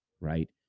right